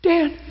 Dan